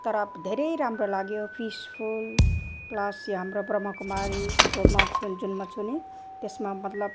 तर धेरै राम्रो लाग्यो पिसफुल प्लस यो हाम्रो ब्रह्मकुमारीको म जुनमा छु नि त्यसमा मतलब